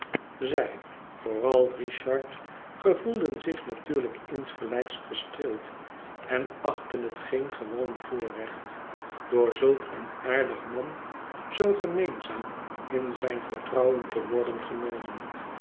zij vooral richard gevoelden zich natuurlijk insgelijks gestreeld en achtten het geen gewoon voorrecht door zulk een aardig man zoo gemeenzaam in zijn vertrouwen te worden genomen